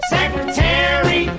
Secretary